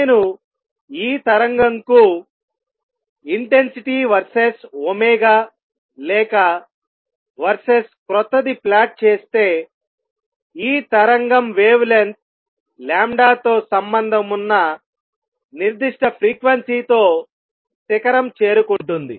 నేను ఈ తరంగం కు ఇంటెన్సిటీ వర్సెస్ ఒమేగా లేక వర్సెస్ క్రొత్తది ప్లాట్ చేస్తే ఈ తరంగం వేవ్ లెంగ్త్ తో సంబంధమున్న నిర్దిష్ట ఫ్రీక్వెన్సీ తో శిఖరం చేరుకుంటుంది